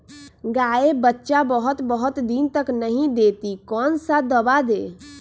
गाय बच्चा बहुत बहुत दिन तक नहीं देती कौन सा दवा दे?